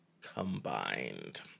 combined